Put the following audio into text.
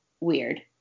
weird